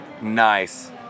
Nice